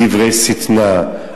דברי שטנה,